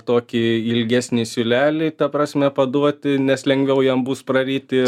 tokį ilgesnį siūlelį ta prasme paduoti nes lengviau jam bus praryti